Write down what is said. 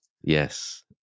yes